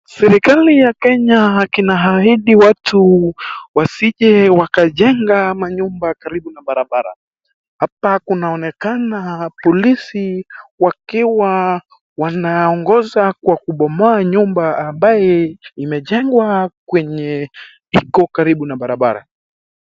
Serikali ya Kenya kinaahidi watu wasije wakajenga manyumba karibu na barabara. Hapa kunaonekana polisi wakiwa wanaongoza kwa kubomoa nyumba ambaye imejengwa kwenye iko karibu na barabara.